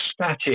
static